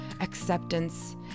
acceptance